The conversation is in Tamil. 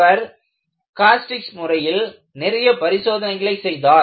அவர் காஸ்டிக்ஸ் முறையில் நிறைய பரிசோதனைகளை செய்தார்